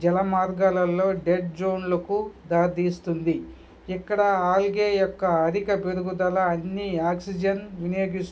జల మార్గాలలో డెడ్ జోన్లకు దారి తీస్తుంది ఇక్కడ ఆల్గే యొక్క అధిక పెరుగుదల అన్ని ఆక్సిజన్ వినియోగిస్తుంది